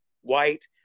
white